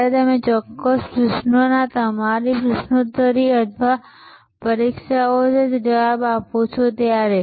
જ્યારે તમે ચોક્કસ પ્રશ્નોના તમારી પ્રશ્નોતરી અથવા પરીક્ષાઓનો જવાબ આપો છો ત્યારે